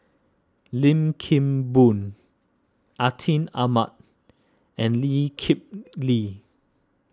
Lim Kim Boon Atin Amat and Lee Kip Lee